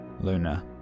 Luna